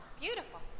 Beautiful